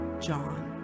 John